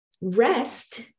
rest